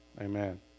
Amen